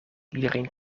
iedereen